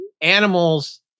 animals